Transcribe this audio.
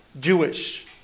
Jewish